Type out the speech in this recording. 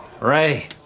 ray